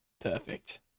Perfect